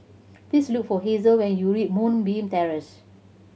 please look for Hazel when you reach Moonbeam Terrace